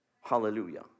Hallelujah